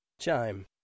Chime